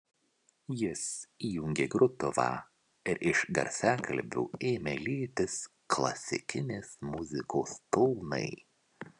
jis įjungė grotuvą ir iš garsiakalbių ėmė lietis klasikinės muzikos tonai